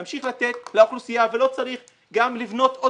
להמשיך לתת לאוכלוסייה ולא צריך לבנות עוד